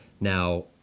Now